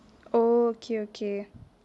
oh okay okay